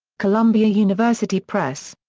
columbia university press.